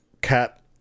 cat